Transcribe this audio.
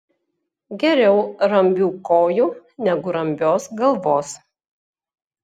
geriau rambių kojų negu rambios galvos